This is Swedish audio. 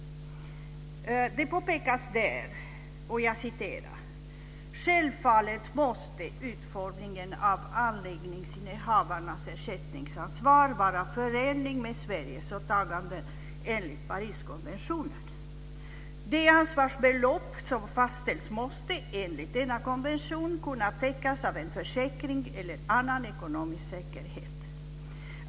Det påpekas där: "Självfallet måste emellertid utformningen av anläggningsinnehavarnas ersättningsansvar vara förenlig med Sveriges åtaganden enligt Pariskonventionen. Det ansvarsbelopp som fastställs måste, i enlighet med denna konvention, kunna täckas av en försäkring eller annan ekonomisk säkerhet.